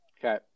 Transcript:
Okay